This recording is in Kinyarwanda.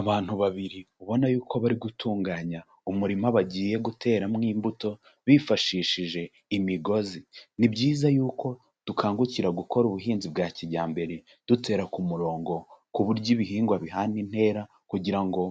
Abantu babiri ubona yuko bari gutunganya umurima bagiye guteramo imbuto bifashishije imigozi, ni byiza yuko dukangukira gukora ubuhinzi bwa kijyambere dutera ku murongo ku buryo ibihingwa bihana intera kugira ngo